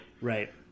Right